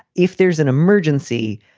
if there's an emergency,